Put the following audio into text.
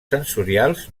sensorials